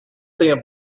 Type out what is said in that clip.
them